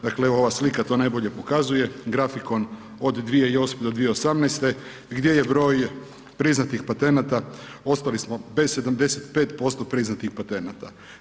Dakle, ova slika to najbolje pokazuje grafikon od 2008. do 2018. gdje je broj priznatih patenata ostali smo bez 75% priznatih patenata.